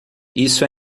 isso